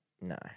No